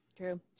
True